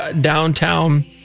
downtown